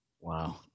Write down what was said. Wow